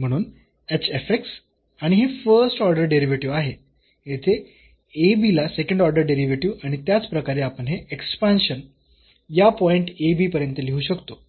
म्हणून आणि हे फर्स्ट ऑर्डर डेरिव्हेटिव्ह आहे येथे ला सेकंड ऑर्डर डेरिव्हेटिव्ह आणि त्याचप्रकारे आपण हे एक्सपांशन या पॉईंट पर्यंत लिहू शकतो